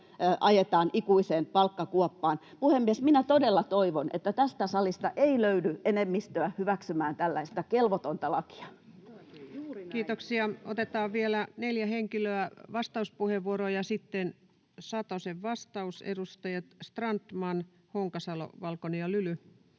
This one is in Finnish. ajetaan ikuiseen palkkakuoppaan. Puhemies! Minä todella toivon, että tästä salista ei löydy enemmistöä hyväksymään tällaista kelvotonta lakia. [Sheikki Laakso: Voisivatko liitot neuvotella?] Kiitoksia. — Otetaan vielä neljä henkilöä, vastauspuheenvuoroa, ja sitten Satosen vastaus. Edustajat Strandman, Honkasalo, Valkonen ja Lyly.